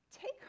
take